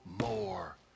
more